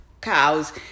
cows